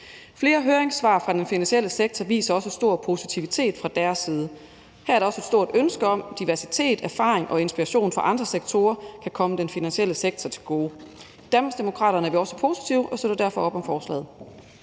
Flere høringssvar fra den finansielle sektor viser også en stor positivitet fra deres side. Her er der også et stort ønske om, at diversitet, erfaring og inspiration fra andre sektorer kan komme den finansielle sektor til gode. Hos Danmarksdemokraterne er vi også positive og støtter derfor op om forslaget.